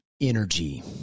energy